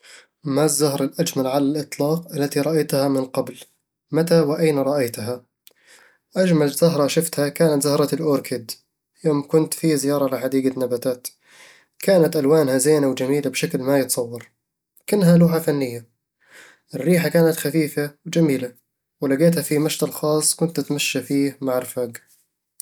ما الزهرة الأجمل على الإطلاق التي رأيتها من قبل؟ متى وأين رأيتها؟ أجمل زهرة شفتها كانت زهرة الأوركيد، يوم كنت في زيارة لحديقة نباتات كانت ألوانها زينة وجميلة بشكل ما يتصور، وكأنها لوحة فنية الريحة كانت خفيفة وجميلة، ولقيتها في مشتل خاص كنت أتمشى فيه مع الرفاق